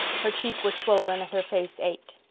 her cheek was swollen and her face ached.